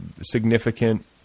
significant